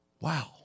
Wow